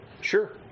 Sure